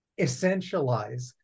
essentialize